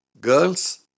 Girls